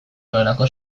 nuelako